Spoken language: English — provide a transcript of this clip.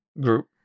Group